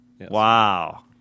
Wow